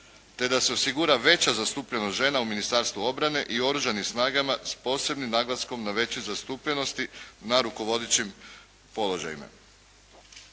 te da se osigura veća zastupljenost žena u Ministarstvu obrane i Oružanim snagama, s posebnim naglaskom na većoj zastupljenosti na rukovodećim položajima.